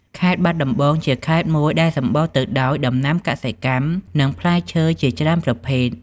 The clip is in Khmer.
ខេត្តបាត់ដំបង ជាខេត្តមួយដែលសំបូរទៅដោយដំណាំកសិកម្មនិងផ្លែឈើជាច្រើនប្រភេទ។